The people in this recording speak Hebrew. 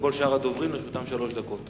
ולרשות כל אחד משאר הדוברים יש שלוש דקות.